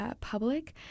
public